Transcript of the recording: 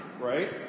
right